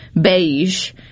beige